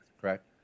correct